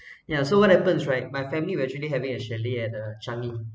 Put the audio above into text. yeah so what happens right my family were actually having a chalet at uh changi